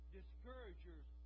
Discouragers